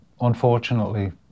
unfortunately